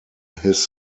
his